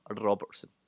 Robertson